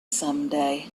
someday